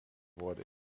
worden